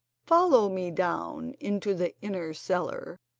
follow me down into the inner cellar,